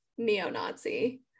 neo-nazi